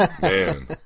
man